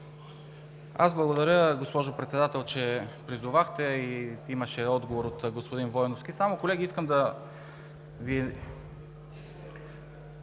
Благодаря, госпожо Председател, че призовахте и имаше отговор от господин Войновски. Само, колеги, искам да Ви